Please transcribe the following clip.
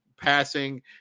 passing